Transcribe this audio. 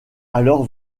alors